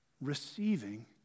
receiving